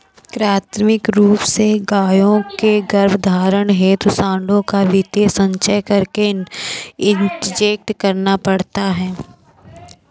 कृत्रिम रूप से गायों के गर्भधारण हेतु साँडों का वीर्य संचय करके इंजेक्ट करना पड़ता है